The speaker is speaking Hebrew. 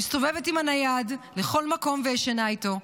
מסתובבת עם הנייד לכל מקום וישנה איתו.